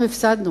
אנחנו הפסדנו.